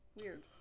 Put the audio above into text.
Weird